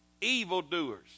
evildoers